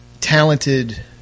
talented